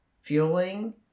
fueling